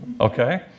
Okay